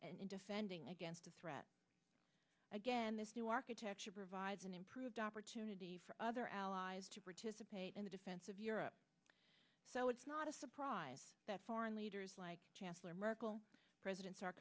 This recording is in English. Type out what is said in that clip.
and defending against a threat again this new architecture provides an improved opportunity for other allies to participate in the defense of europe so it's not a surprise that foreign leaders like chancellor merkel president sar